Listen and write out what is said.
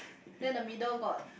then the middle got